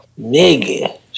Nigga